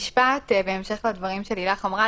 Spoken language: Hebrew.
בהמשך לדברים שלילך אמרה.